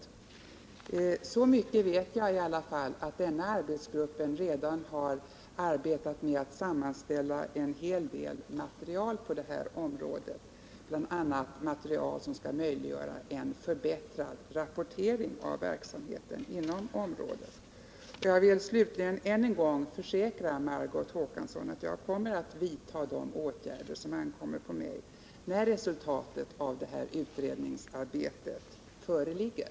Så mycket vet jag i alla fall att denna arbetsgrupp redan har arbetat med att sammanställa en hel del material på detta område, bl.a. material som skall möjliggöra en förbättrad rapportering av verksamheten. Jag vill slutligen än en gång försäkra Margot Håkansson att jag kommer att vidta de åtgärder som ankommer på mig när resultatet av detta utredningsarbete föreligger.